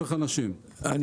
אנחנו